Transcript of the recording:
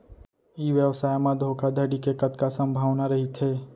ई व्यवसाय म धोका धड़ी के कतका संभावना रहिथे?